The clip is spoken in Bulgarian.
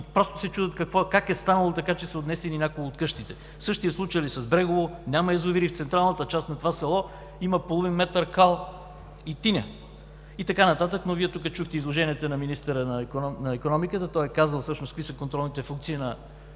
просто се чудят как е станало така, че са отнесени някои от къщите. Същият случай е и с Брегово – няма язовири, в централната част на това село има половин метър кал и тиня и така нататък. Вие тук чухте изложенията на министъра на икономиката. Той е казал всъщност какви са контролните функции на